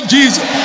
Jesus